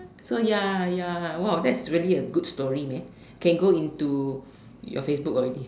so ya ya !wow! that's really a good story man can go into your Facebook already